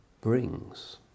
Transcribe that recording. brings